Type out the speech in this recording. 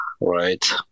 right